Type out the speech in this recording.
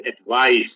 advice